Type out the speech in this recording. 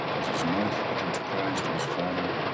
as his mouth uttered cries to his father